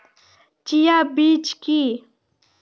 Chia বীজ কী?